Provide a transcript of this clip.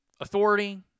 authority